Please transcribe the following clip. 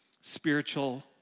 spiritual